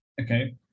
Okay